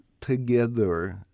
together